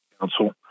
Council